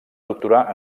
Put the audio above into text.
doctorar